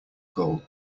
goal